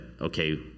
okay